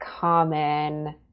common